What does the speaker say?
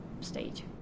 stage